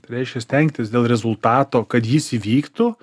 tai reiškia stengtis dėl rezultato kad jis įvyktų